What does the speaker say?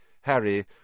Harry